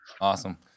Awesome